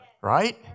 right